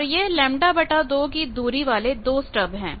और यह λ 2 की दूरी वाले दो स्टब हैं